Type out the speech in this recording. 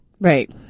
right